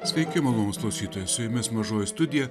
sveiki malonūs klausytojai su jumis mažoji studija